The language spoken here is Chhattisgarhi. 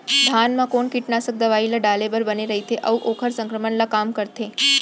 धान म कोन कीटनाशक दवई ल डाले बर बने रइथे, अऊ ओखर संक्रमण ल कम करथें?